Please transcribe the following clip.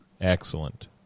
Excellent